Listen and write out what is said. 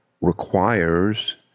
requires